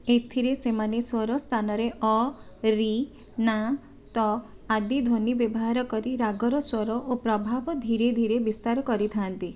ଏଥିରେ ସେମାନେ ସ୍ଵର ସ୍ଥାନରେ ଅ ରି ନା ତ ଆଦି ଧ୍ୱନି ବ୍ୟବହାର କରି ରାଗର ସ୍ଵର ଓ ପ୍ରଭାବ ଧୀରେ ଧୀରେ ବିସ୍ତାର କରିଥାନ୍ତି